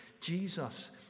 Jesus